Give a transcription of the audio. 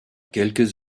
quelques